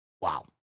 Wow